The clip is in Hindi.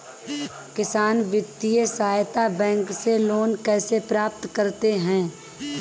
किसान वित्तीय सहायता बैंक से लोंन कैसे प्राप्त करते हैं?